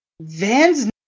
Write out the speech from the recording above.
Vans